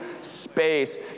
space